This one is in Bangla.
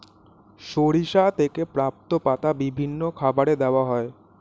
সরিষা থেকে প্রাপ্ত পাতা বিভিন্ন খাবারে দেওয়া হয়